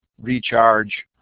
recharge,